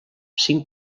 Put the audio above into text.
cinc